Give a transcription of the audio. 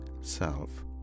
self